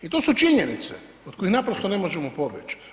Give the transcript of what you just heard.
I to su činjenice od kojih naprosto ne možemo pobjeći.